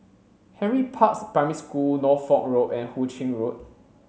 Henry Parks Primary School Norfolk Road and Hu Ching Road